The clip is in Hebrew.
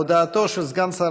חברי הכנסת,